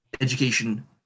education